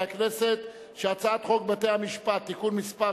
הכנסת לכך שהצעת חוק בתי-המשפט (תיקון מס'